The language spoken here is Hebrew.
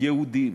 יהודים,